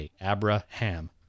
Abraham